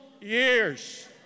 years